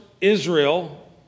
Israel